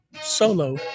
solo